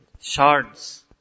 Shards